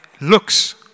looks